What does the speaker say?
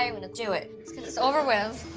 um gonna do it. let's get this over with.